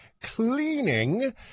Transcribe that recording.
cleaning